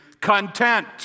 content